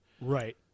Right